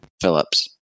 Phillips